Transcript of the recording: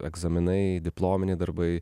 egzaminai diplominiai darbai